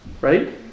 Right